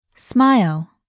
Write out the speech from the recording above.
Smile